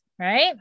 right